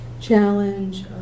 challenge